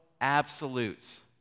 absolutes